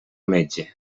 metge